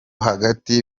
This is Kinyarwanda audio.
hagati